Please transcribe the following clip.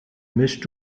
mischst